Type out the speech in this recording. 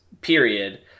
period